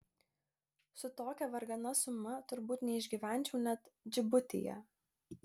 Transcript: su tokia vargana suma turbūt neišgyvenčiau net džibutyje